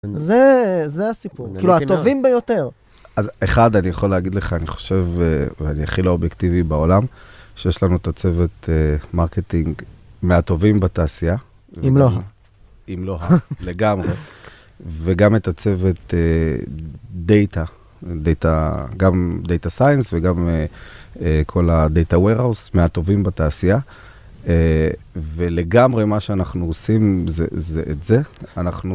זה, זה הסיפור. כאילו, הטובים ביותר. אז אחד, אני יכול להגיד לך, אני חושב, ואני הכי לא אובייקטיבי בעולם, שיש לנו את הצוות מרקטינג מהטובים בתעשייה. אם לא ה. אם לא ה, לגמרי. וגם את הצוות דאטה. דאטה, גם דאטה סיינס וגם כל הדאטה warehouse, מהטובים בתעשייה. ולגמרי, מה שאנחנו עושים זה את זה. אנחנו